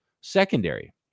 secondary